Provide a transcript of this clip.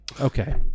Okay